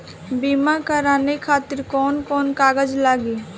बीमा कराने खातिर कौन कौन कागज लागी?